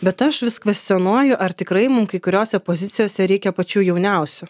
bet aš vis kvestionuoju ar tikrai mum kai kuriose pozicijose reikia pačių jauniausių